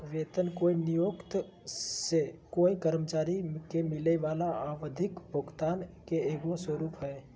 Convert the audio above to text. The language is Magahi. वेतन कोय नियोक्त से कोय कर्मचारी के मिलय वला आवधिक भुगतान के एगो स्वरूप हइ